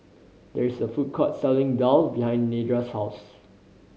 there is a food court selling daal behind Nedra's house